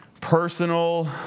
personal